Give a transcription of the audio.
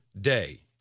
day